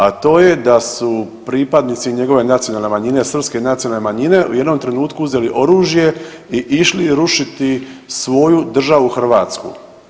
A to je da su pripadnici njegove nacionalne manjine, srpske nacionalne manjine u jednom trenutku uzeli oružje i išli rušiti svoju državu Hrvatsku.